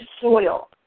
soil